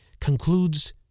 concludes